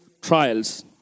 trials